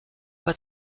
pas